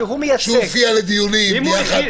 לגבי חדשים, אנחנו פשוט לא נותנים להם להיכנס.